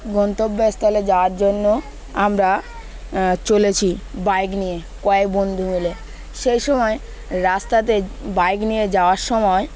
গন্তব্যস্থস্থলে যাওয়ার জন্য আমরা চলেছি বাইক নিয়ে কয়েক বন্ধু মিলে সেই সময় রাস্তাতে বাইক নিয়ে যাওয়ার সময়